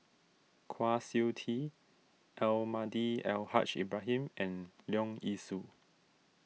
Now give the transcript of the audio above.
Kwa Siew Tee Almahdi Al Haj Ibrahim and Leong Yee Soo